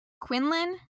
Quinlan